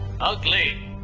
Ugly